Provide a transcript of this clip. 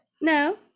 No